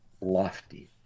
lofty